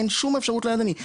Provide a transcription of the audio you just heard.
אין שום אפשרות לידני.